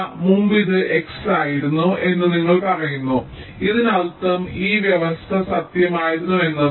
മുമ്പ് ഇത് x ആയിരുന്നു എന്ന് നിങ്ങൾ പറയുന്നു ഇതിനർത്ഥം ഈ വ്യവസ്ഥ സത്യമായിരുന്നു എന്നാണ്